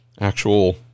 actual